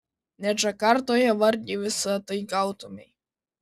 net džakartoje vargiai visa tai gautumei